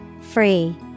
Free